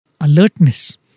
alertness